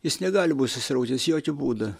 jis negali būt susiraukęs jokiu būdu